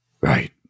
Right